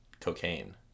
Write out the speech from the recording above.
cocaine